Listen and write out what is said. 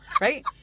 right